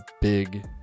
big